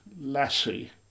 lassie